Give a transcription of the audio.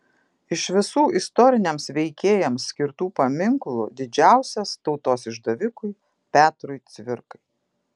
iš visų istoriniams veikėjams skirtų paminklų didžiausias tautos išdavikui petrui cvirkai